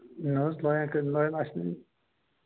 نہَ حظ لایان کتہِ لایان آسہِ نہٕ